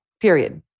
Period